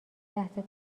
لحظه